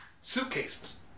suitcases